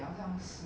orh